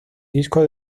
disco